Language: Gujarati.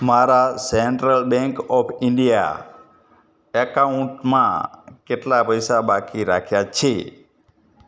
મારા સૅન્ટ્રલ બૅંક ઑફ ઇન્ડિયા અકાઉન્ટમાં કેટલા પૈસા બાકી રાખ્યા છે